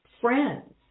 friends